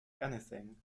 anything